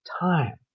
time